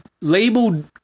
labeled